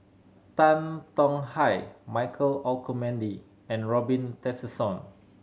Tan Tong Hye Michael Olcomendy and Robin Tessensohn